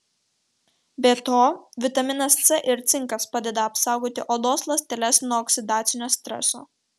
be to vitaminas c ir cinkas padeda apsaugoti odos ląsteles nuo oksidacinio streso